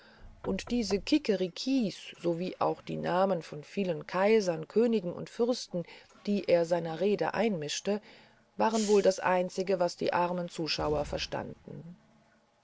und diese kikerikis sowie auch die namen von vielen kaisern königen und fürsten die er seiner rede einmischte waren wohl das einzige was die armen zuschauer verstanden